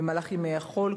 במהלך ימי החול,